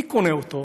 מי קונה אותו?